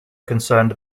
concerned